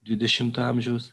dvidešimto amžiaus